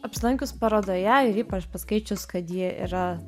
apsilankius parodoje ir ypač paskaičius kad ji yra